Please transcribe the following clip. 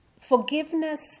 forgiveness